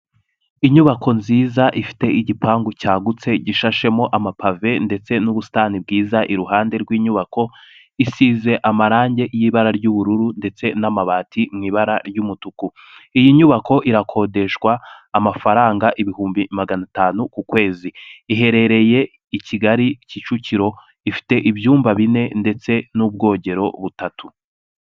Inyubako nziza ifite igipangu cyagutse gishashemo amapave ndetse n'ubusitani bwiza, iruhande rw'inyubako isize amarangi y'ibara ry'ubururu ndetse n'amabati mu ibara ry'umutuku, iyi nyubako irakodeshwa amafaranga ibihumbi magana atanu ku kwezi, iherereye i Kigali Kicukiro, ifite ibyumba bine ndetse n'ubwogero butatu.